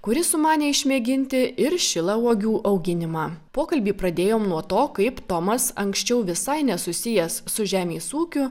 kuri sumanė išmėginti ir šilauogių auginimą pokalbį pradėjom nuo to kaip tomas anksčiau visai nesusijęs su žemės ūkiu